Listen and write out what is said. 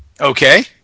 Okay